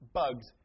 bugs